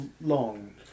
long